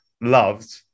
loved